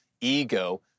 ego